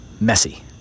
messy